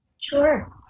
Sure